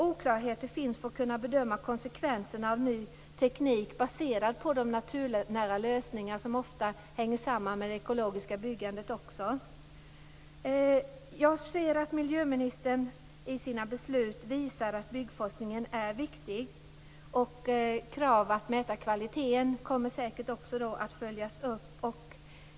Oklarheter finns när det gäller att bedöma konsekvenserna av ny teknik baserad på naturnära lösningar, som ofta hänger samman med det ekologiska byggandet. Miljöministern visar i sina beslut att byggforskningen är viktig. Kraven på att mäta kvalitet kommer att följas upp.